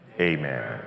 amen